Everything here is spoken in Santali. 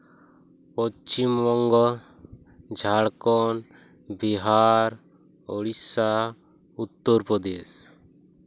ᱯᱚᱥᱪᱷᱤᱢ ᱵᱚᱝᱜᱚ ᱡᱷᱟᱲᱠᱷᱚᱸᱰ ᱵᱤᱦᱟᱨ ᱳᱲᱤᱥᱥᱟ ᱩᱛᱛᱚᱨᱯᱨᱚᱫᱮᱥ